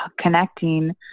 connecting